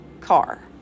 car